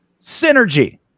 Synergy